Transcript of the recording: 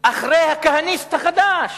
אחרי הכהניסט החדש.